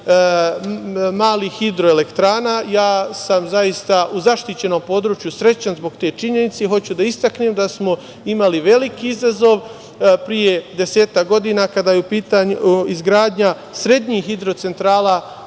malih hidroelektrana. Ja sam zaista u zaštićenom području srećan zbog te činjenice. Hoću da istaknem da smo imali veliki izazov pre desetak godina, kada je u pitanju izgradnja srednjih hidrocentrala